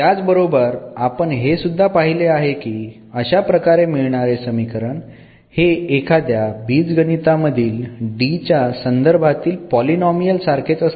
त्याच बरोबर आपण हे सुद्धा पाहिले आहे की अशाप्रकारे मिळणारे समीकरण हे एखाद्या बिजगणीता मधील D च्या संदर्भातील पॉलीनोमियल सारखेच असते